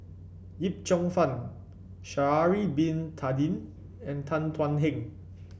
Yip Cheong Fun Shaari Bin Tadin and Tan Thuan Heng